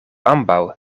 ambaŭ